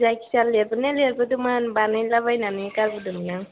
जायखिजाया लिरनाया लिरबोदोंमोन बानायला बायनानै गारबोदोंमोन आं